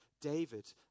David